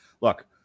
Look